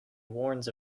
warns